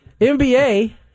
NBA